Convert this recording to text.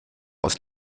aus